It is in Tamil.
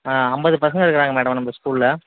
ஆ ஐம்பது பசங்க இருக்குகிறாங்க மேடம் நம்ம ஸ்கூலில்